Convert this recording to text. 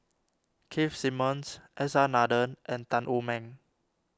Keith Simmons S R Nathan and Tan Wu Meng